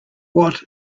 what